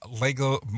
Lego